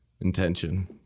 intention